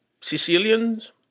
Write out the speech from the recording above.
Sicilians